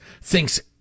thinks